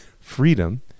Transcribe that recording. freedom